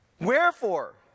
Wherefore